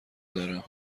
دارم